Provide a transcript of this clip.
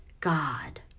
God